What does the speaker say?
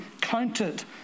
counted